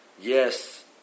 yes